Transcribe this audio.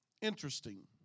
interesting